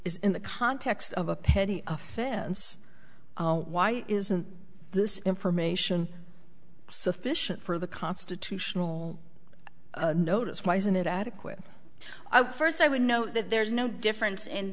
is in the context of a petty offense why isn't this information sufficient for the constitutional notice why isn't it adequate first i would know that there's no difference in